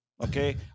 okay